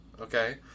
okay